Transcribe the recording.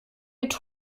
mit